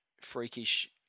freakish